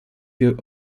wir